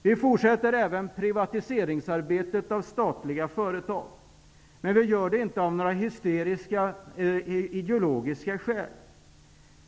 Vi fortsätter även arbetet med privatiseringen av statliga företag, men vi gör det inte av hysteriskt ideologiska skäl.